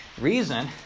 Reason